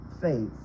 faith